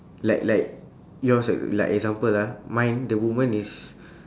like like yours like like example ah mine the woman is